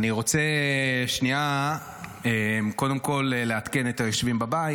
אני רוצה קודם כול לעדכן את היושבים בבית,